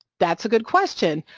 that's a good question,